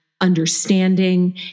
understanding